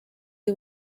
y’i